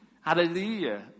Hallelujah